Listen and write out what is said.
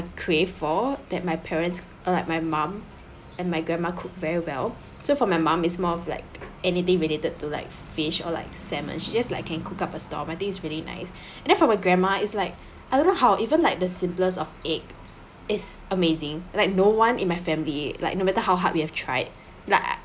crave for that my parents or like my mom and my grandma cook very well so for my mum is more of like anything related to like fish or like salmon she just like can cook up a storm I think it's really nice and then for my grandma is like I don't know how even the simplest of egg is amazing like no one in my family like no matter how hard we have tried like